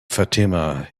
fatima